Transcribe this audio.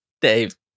Dave